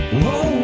whoa